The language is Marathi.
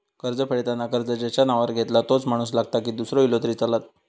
कर्ज फेडताना कर्ज ज्याच्या नावावर घेतला तोच माणूस लागता की दूसरो इलो तरी चलात?